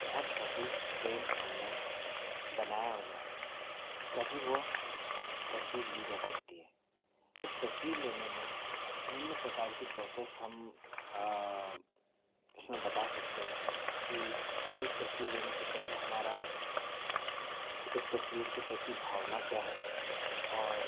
बहुत सटीक फ्रेम हमने बनाया हुआ है तभी वो तस्वीर ली जा सकती है इस तस्वीर लेने में निम्न प्रकार की प्रोसेस हम इसमें बता सकते हैं कि एक तस्वीर लेने से पहले हमारा उस तस्वीर के प्रति भावना क्या है और